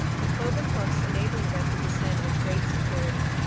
the cloven hoofs enabling them to descend with great security.